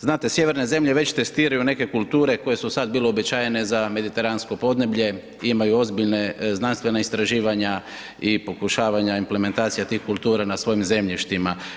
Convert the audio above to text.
Znate, sjeverne zemlje već testiraju neke kulture koje su sad bile uobičajene za mediteransko podneblje, imaju ozbiljne znanstvena istraživanja i pokušavanja implementacija tih kultura na tim zemljištima.